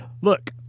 Look